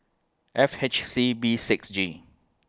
F H C B six G